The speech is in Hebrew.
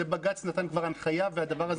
בג"ץ נתן כבר הנחייה והדבר הזה תוקן.